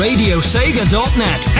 RadioSega.net